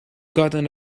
gotten